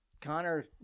Connor